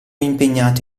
impegnato